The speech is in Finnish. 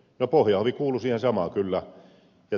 no pohjanhovi kuului siihen samaan kyllä